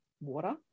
water